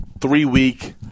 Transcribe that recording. three-week